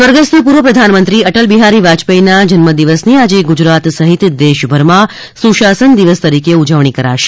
સ્વર્ગસ્થ પૂર્વ પ્રધાનમંત્રી અટલ બિહારી વાજપેયીના જન્મદિવસની આજે ગુજરાત સહિત દેશભરમાં સુશાસન દિવસ તરીકે ઉજવણી કરાશે